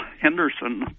Henderson